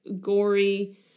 gory